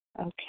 Okay